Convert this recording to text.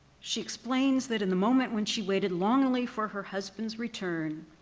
she explains that in the moment when she waited longingly for her husband's return,